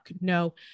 no